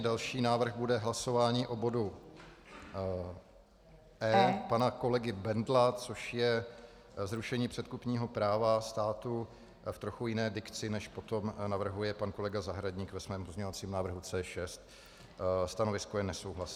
Další návrh bude hlasování o bodu E pana kolegy Bendla, což je zrušení předkupního práva státu v trochu jiné dikci, než potom navrhuje pan kolega Zahradník ve svém pozměňovacím návrhu C6. Stanovisko je nesouhlasné.